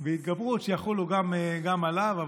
והתגברות שיחולו גם עליו.